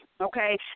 okay